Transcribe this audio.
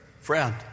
friend